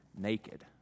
naked